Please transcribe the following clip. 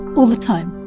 all the time.